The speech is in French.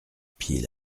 pied